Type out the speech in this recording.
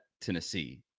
Tennessee